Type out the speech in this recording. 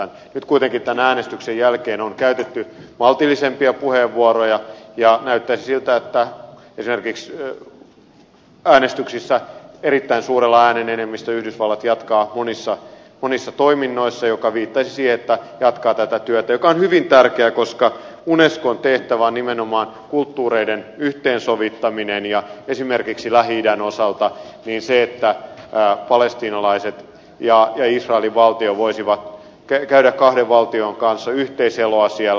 nyt kuitenkin tämän äänestyksen jälkeen on käytetty maltillisempia puheenvuoroja ja näyttäisi siltä että esimerkiksi äänestyksissä erittäin suurella äänten enemmistöllä yhdysvallat jatkaa monissa toiminnoissa joka viittaisi siihen että se jatkaa tätä työtä mikä on hyvin tärkeää koska unescon tehtävä on nimenomaan kulttuureiden yhteen sovittaminen ja esimerkiksi lähi idän osalta se että palestiinalaiset ja israelin valtio voisivat käydä kahden valtion kanssa yhteiseloa siellä